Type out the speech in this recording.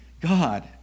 God